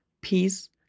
peace